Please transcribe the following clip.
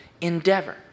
endeavor